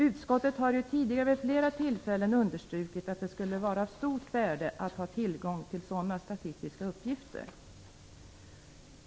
Utskottet har tidigare vid flera tillfällen understrukit att det skulle vara av stort värde att ha tillgång till sådana statistiska uppgifter.